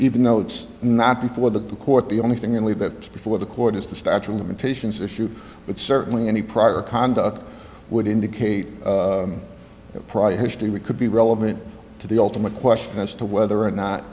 even though it's not before the court the only thing in leave that before the court is the statue of limitations issue but certainly any prior conduct would indicate that prior history we could be relevant to the ultimate question as to whether or not